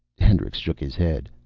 hendricks shook his head.